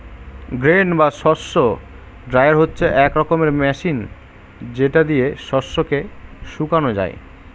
grain বা শস্য dryer হচ্ছে এক রকমের মেশিন যেটা দিয়ে শস্যকে শুকানো যায়